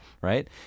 right